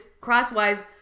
crosswise